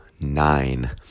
nine